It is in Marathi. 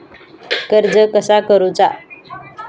कर्ज कसा करूचा?